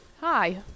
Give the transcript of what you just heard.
Hi